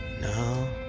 No